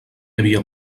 havia